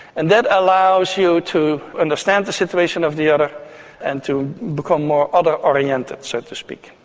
and that allows you to understand the situation of the other and to become more other oriented, so to speak.